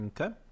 Okay